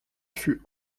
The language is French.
fut